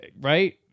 Right